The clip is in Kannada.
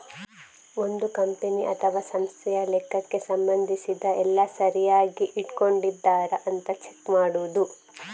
ಒಂದು ಕಂಪನಿ ಅಥವಾ ಸಂಸ್ಥೆಯ ಲೆಕ್ಕಕ್ಕೆ ಸಂಬಂಧಿಸಿದ ಎಲ್ಲ ಸರಿಯಾಗಿ ಇಟ್ಕೊಂಡಿದರಾ ಅಂತ ಚೆಕ್ ಮಾಡುದು